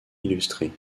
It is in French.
illustrée